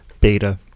beta